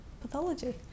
pathology